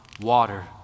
water